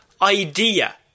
idea